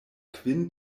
kvin